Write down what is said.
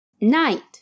night